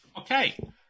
Okay